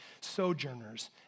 Sojourners